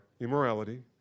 immorality